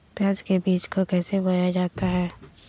प्याज के बीज को कैसे बोया जाता है?